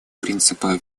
принципа